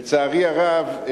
לצערי הרב,